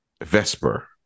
Vesper